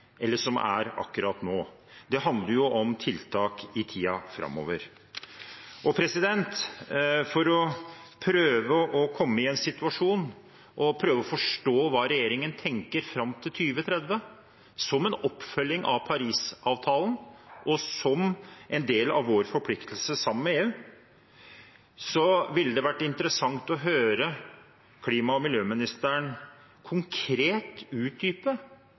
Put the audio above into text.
eller ting som er akkurat nå. Det handler om tiltak i tiden framover. For å prøve å se situasjonen og prøve å forstå hva regjeringen tenker fram mot 2030, som en oppfølging av Paris-avtalen, og som en del av vår forpliktelse sammen med EU, ville det vært interessant å høre klima- og miljøministeren konkret utdype